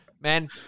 Man